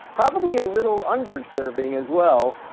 probably a little under serving as well.